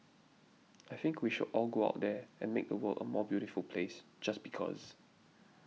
I think we should all go out there and make the world a more beautiful place just because